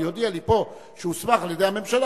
ויודיע לי פה שהוסמך על-ידי הממשלה,